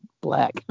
black